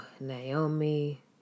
Naomi